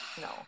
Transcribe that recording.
no